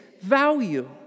value